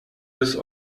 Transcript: des